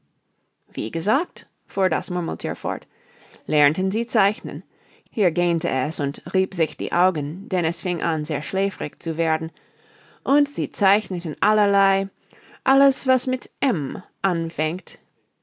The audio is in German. wie gesagt fuhr das murmelthier fort lernten sie zeichnen hier gähnte es und rieb sich die augen denn es fing an sehr schläfrig zu werden und sie zeichneten allerlei alles was mit m anfängt